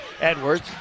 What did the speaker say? Edwards